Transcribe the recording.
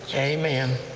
amen!